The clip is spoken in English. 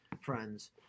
friends